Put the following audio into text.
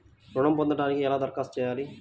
ఋణం పొందటానికి ఎలా దరఖాస్తు చేయాలి?